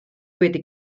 wedi